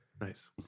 Nice